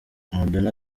madonna